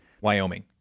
Wyoming